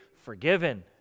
forgiven